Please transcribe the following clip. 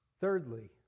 Thirdly